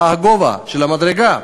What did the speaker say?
מה הגובה של המדרגה?